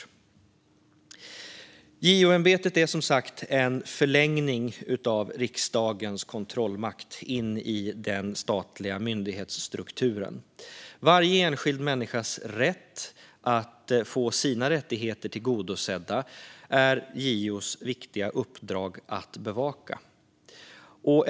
Översyn av JO-ämbetet JO-ämbetet är som sagt en förlängning av riksdagens kontrollmakt in i den statliga myndighetsstrukturen. Varje enskild människas rätt att få sina rättigheter tillgodosedda är JO:s viktiga uppdrag att bevaka.